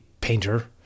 painter